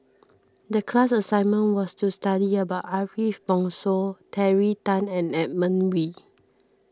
the class assignment was to study about Ariff Bongso Terry Tan and Edmund Wee